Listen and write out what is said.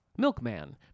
milkman